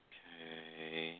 Okay